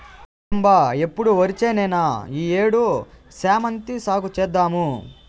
ఏం బా ఎప్పుడు ఒరిచేనేనా ఈ ఏడు శామంతి సాగు చేద్దాము